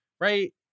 right